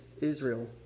Israel